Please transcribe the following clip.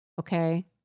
Okay